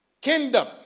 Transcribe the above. kingdom